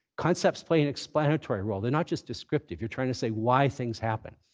concepts play an explanatory role. they're not just descriptive. you're trying to say why things happen.